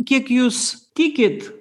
kiek jūs tikit